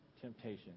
temptation